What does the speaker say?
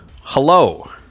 Hello